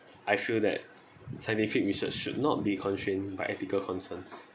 I feel that scientific research should not be constrained by ethical concerns